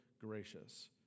gracious